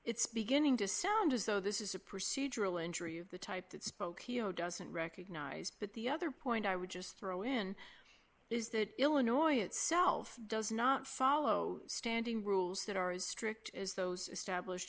it's beginning to sound as though this is a procedural injury of the type that spokeo doesn't recognize that the other point i would just throw in illinois itself does not follow standing rules that are as strict as those established